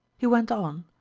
he went on,